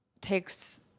takes